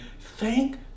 Thank